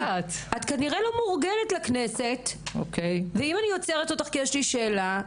את כנראה לא מורגלת לכנסת ואם אני עוצרת אותך כי יש לי שאלה,